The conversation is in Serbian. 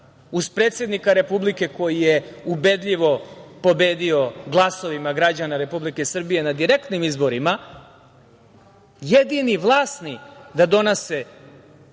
uz predsednika Republike koji je ubedljivo pobedio glasovima građana Republike Srbije na direktnim izborima, jedini vlasni da donose